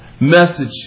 message